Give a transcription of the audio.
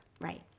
Right